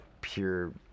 pure